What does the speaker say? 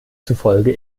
zufolge